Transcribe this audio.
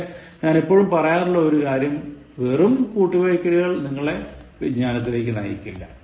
പക്ഷേ ഞാൻ എപ്പോഴും പറയാറുള്ള ഒരു കാര്യം വെറും കൂട്ടിവെക്കലുകൾ നിങ്ങളെ വിജ്ഞാനത്തിലേക്കു നയിക്കില്ല